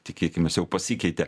tikėkimės jau pasikeitė